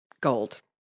Gold